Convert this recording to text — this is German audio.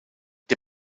der